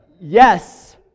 Yes